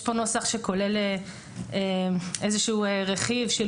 יש כאן נוסח שכולל איזשהו רכיב שהוא